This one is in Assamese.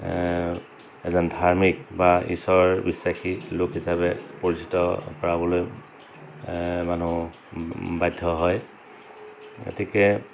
এজন ধাৰ্মিক বা ঈশ্বৰ বিশ্বাসী লোক হিচাপে পৰিচিত কৰাবলৈ মানুহ বাধ্য হয় গতিকে